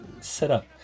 setup